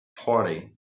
party